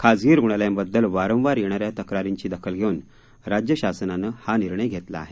खासगी रुग्णालयांबद्दल वारंवार येणाऱ्या तक्रारींची दखल घेऊन राज्यशासनानं हा निर्णय घेतला आहे